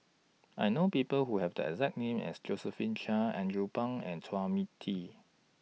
I know People Who Have The exact name as Josephine Chia Andrew Phang and Chua Me Tee